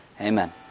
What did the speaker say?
Amen